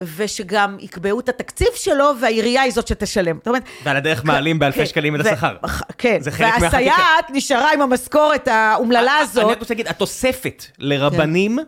ושגם יקבעו את התקציב שלו, והעירייה היא זאת שתשלם. ועל הדרך מעלים באלפי שקלים את השכר. כן. והסייעת נשארה עם המשכורת, האומללה הזאת. אני רוצה להגיד, התוספת לרבנים...